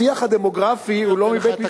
השיח הדמוגרפי הוא לא מבית-מדרשי.